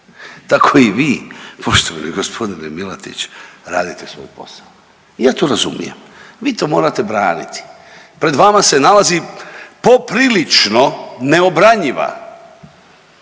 Tako i vi poštovani g. Milatić radite svoj posao, ja to razumijem vi to morate braniti. Pred vama se nalazi poprilično neobranjiva